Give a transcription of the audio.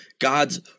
God's